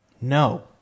no